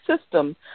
system